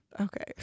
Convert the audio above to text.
Okay